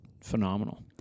phenomenal